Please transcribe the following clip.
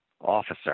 officer